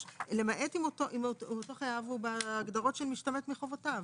למעט אם אותו חייב הוא בהגדרות של משתמט מחובותיו